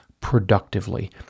productively